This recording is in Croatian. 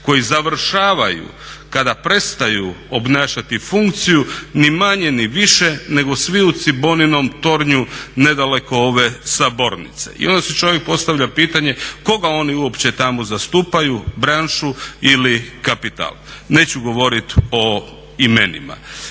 koji završavaju kada prestaju obnašati funkciju ni manje ni više nego svi u Ciboninom tornju nedaleko ove sabornice. I onda si čovjek postavlja pitanje koga oni uopće tamo zastupaju, branšu ili kapital. Neću govoriti o imenima.